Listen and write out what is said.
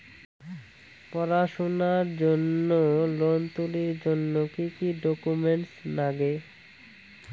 পড়াশুনার জন্যে লোন তুলির জন্যে কি কি ডকুমেন্টস নাগে?